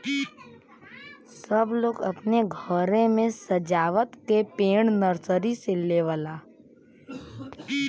सब लोग अपने घरे मे सजावत के पेड़ नर्सरी से लेवला